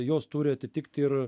jos turi atitikti ir